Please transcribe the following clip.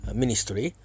ministry